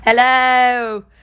Hello